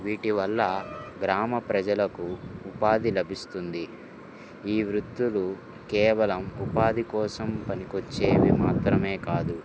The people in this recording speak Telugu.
వీటివల్ల గ్రామ ప్రజలకు ఉపాధి లభిస్తుంది ఈ వృత్తులు కేవలం ఉపాధి కోసం పనికి వచ్చేవి మాత్రమే కాదు